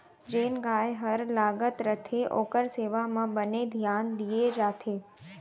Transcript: जेन गाय हर लागत रथे ओकर सेवा म बने धियान दिये जाथे